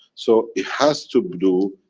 so it has to but do,